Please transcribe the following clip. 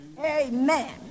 Amen